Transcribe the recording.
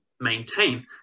maintain